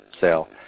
sale